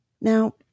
Now